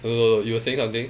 err you were saying something